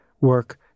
work